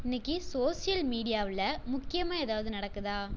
இன்னிக்கு சோஷியல் மீடியாவில் முக்கியமாக எதாவது நடக்குதா